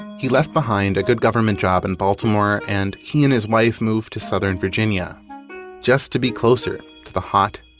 he left behind a good government job in baltimore, and he and his wife moved to southern virginia just to be closer to the hot,